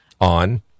On